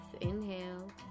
inhale